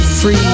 free